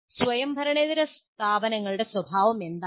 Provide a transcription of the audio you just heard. ഈ സ്വയംഭരണേതര സ്ഥാപനങ്ങളുടെ സ്വഭാവം എന്താണ്